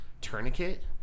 Tourniquet